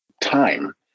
time